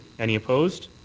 any opposed?